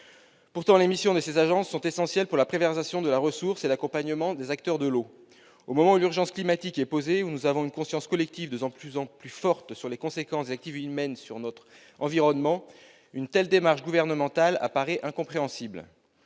Pourtant, ces missions sont essentielles pour la préservation de la ressource et l'accompagnement des acteurs de l'eau. Au moment où l'urgence climatique est posée, où nous avons une conscience collective de plus en plus forte des conséquences des activités humaines sur notre environnement, une telle démarche gouvernementale apparaît incompréhensible.